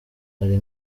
ari